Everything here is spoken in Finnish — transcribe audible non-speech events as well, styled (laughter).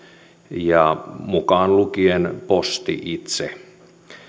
(unintelligible) mukaan lukien posti itse